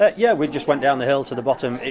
but yeah, we just went down the hill, to the bottom,